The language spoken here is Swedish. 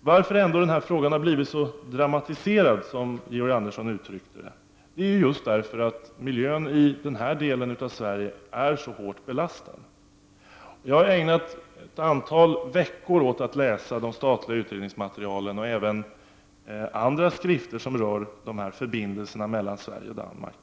Varför har denna fråga blivit så dramatiserad, som Georg Andersson uttrycker det? Det är för att miljön i denna del av Sverige är så hårt belastad. Jag har ägnat ett antal veckor åt att läsa det statliga utredningsmaterialet och även andra skrifter som rör dessa förbindelser mellan Sverige och Danmark.